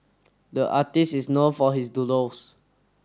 the artist is known for his doodles